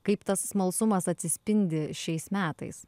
kaip tas smalsumas atsispindi šiais metais